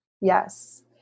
Yes